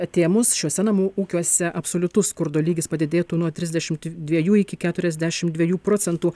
atėmus šiuose namų ūkiuose absoliutus skurdo lygis padidėtų nuo trisdešimt dviejų iki keturiasdešimt dviejų procentų